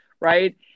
right